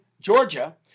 Georgia